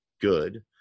good